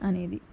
అనేది